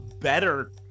better